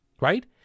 right